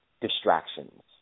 distractions